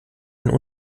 einen